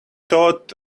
thought